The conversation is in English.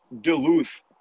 Duluth